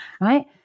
right